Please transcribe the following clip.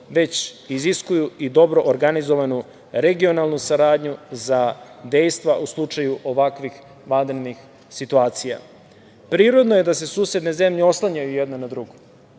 već iziskuju i dobro organizovanu regionalnu saradnju za dejstva u slučaju ovakvih vanrednih situacija. Prirodno je da se susedne zemlje oslanjaju jedna na drugu.